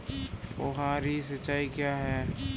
फुहारी सिंचाई क्या है?